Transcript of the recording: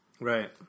Right